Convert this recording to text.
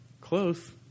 Close